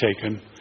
taken